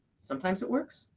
sometimes it works.